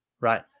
Right